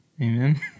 Amen